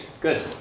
Good